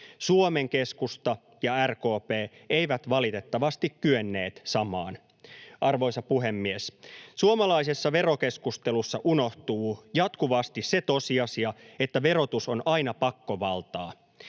Suomen keskusta ja RKP eivät valitettavasti kyenneet samaan. Arvoisa puhemies! Suomalaisessa verokeskustelussa unohtuu jatkuvasti se tosiasia, että verotus on aina pakkovaltaa.